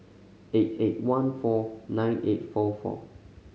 eight eight one four nine eight four four